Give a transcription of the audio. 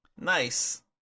Nice